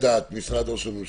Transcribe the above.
משרד ראש הממשלה,